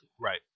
Right